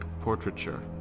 portraiture